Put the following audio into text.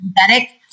synthetic